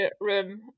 room